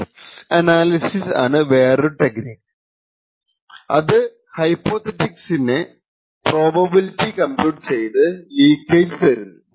base analysis ആണ് വേറൊരു technique അത് ഹൈപോതെസിസിന്റെ പ്രോബബിലിറ്റി കംപ്യൂട്ട് ചെയ്ത് ലീകേജ് തരുന്നു